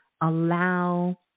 allow